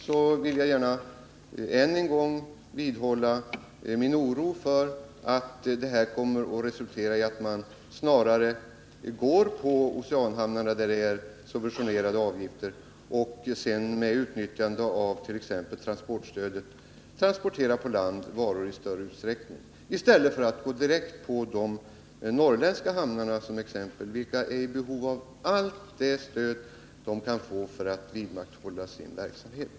Jag vill då än en gång uttrycka min oro för att det kommer att resultera i att man går på oceanhamnarna, där avgifterna är subventionerade, och sedan med utnyttjande av t.ex. transportstödet i större utsträckning forslar varor på land, i stället för att gå direkt på t.ex. de norrländska hamnarna, som är i behov av allt det stöd de kan få för att vidmakthålla sin verksamhet.